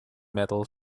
metal